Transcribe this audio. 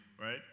right